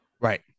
right